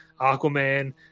Aquaman